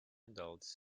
adults